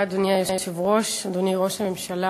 אדוני היושב-ראש, תודה רבה, אדוני ראש הממשלה,